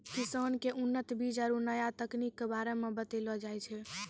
किसान क उन्नत बीज आरु नया तकनीक कॅ बारे मे बतैलो जाय छै